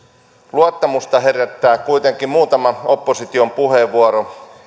luottamusta herättää kuitenkin muutama opposition puheenvuoro